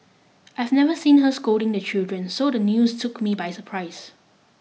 I have never seen her scolding the children so the news took me by surprise